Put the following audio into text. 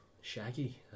Shaggy